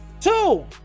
Two